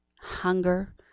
hunger